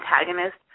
antagonist